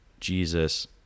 Jesus